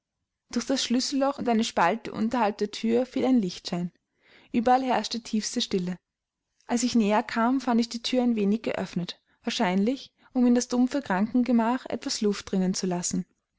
durch das schlüsselloch und eine spalte unterhalb der thür fiel ein lichtschein überall herrschte tiefste stille als ich näher kam fand ich die thür ein wenig geöffnet wahrscheinlich um in das dumpfe krankengemach etwas luft dringen zu lassen